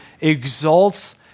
exalts